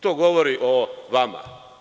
To govori o vama.